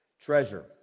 Treasure